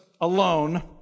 alone